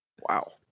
Wow